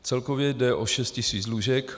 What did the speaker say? Celkově jde o šest tisíc lůžek.